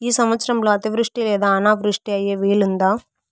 ఈ సంవత్సరంలో అతివృష్టి లేదా అనావృష్టి అయ్యే వీలుందా?